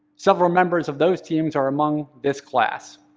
several members of those teams are among this class.